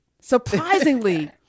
surprisingly